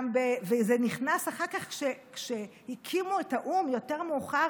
וזה נכנס אחר כך כשהקימו את האו"ם יותר מאוחר,